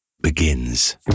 begins